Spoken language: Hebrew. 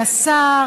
השר,